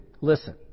listen